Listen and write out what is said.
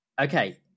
okay